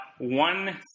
One